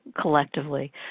collectively